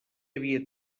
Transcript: havia